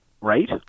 right